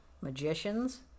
Magicians